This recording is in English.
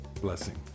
blessing